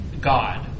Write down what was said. God